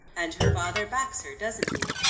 and her father backs her, doesn't he?